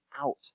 out